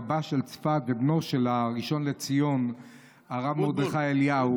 רבה של צפת ובנו של הראשון לציון הרב מרדכי אליהו,